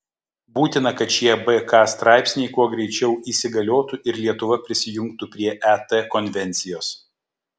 būtina kad šie bk straipsniai kuo greičiau įsigaliotų ir lietuva prisijungtų prie et konvencijos